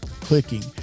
clicking